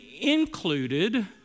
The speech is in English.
included